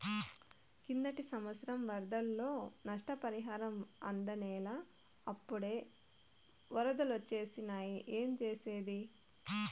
కిందటి సంవత్సరం వరదల్లో నష్టపరిహారం అందనేలా, అప్పుడే ఒరదలొచ్చేసినాయి ఏంజేసేది